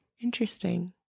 interesting